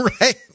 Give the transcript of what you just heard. Right